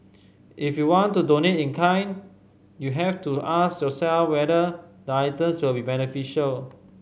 if you want to donate in kind you have to ask yourself whether items will be beneficial